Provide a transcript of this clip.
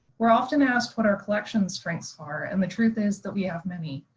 we're often asked what our collections strengths are, and the truth is that we have many.